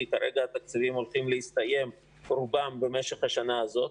כי רוב התקציבים עומדים להסתיים במשך השנה הזאת.